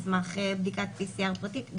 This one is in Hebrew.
על סמך בדיקת PCR פרטית.